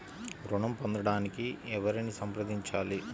ఋణం పొందటానికి ఎవరిని సంప్రదించాలి?